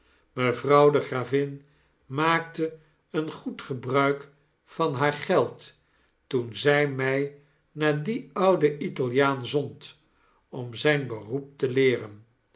mevrouw de gravin maakte een goed gebruik van haar geld toen zy mij naar dien ouden italiaan zond om zyn beroep te leeren